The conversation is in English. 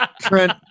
Trent